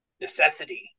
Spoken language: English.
necessity